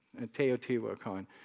Teotihuacan